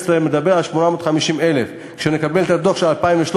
2012 מדבר על 850,000. כשנקבל את הדוח של 2013,